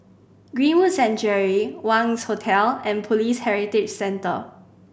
Greenwood Sanctuary Wangz Hotel and Police Heritage Centre